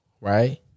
right